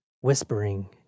whispering